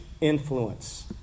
influence